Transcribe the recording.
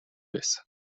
байсан